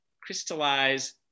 crystallize